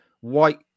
white